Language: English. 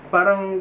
Parang